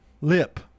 lip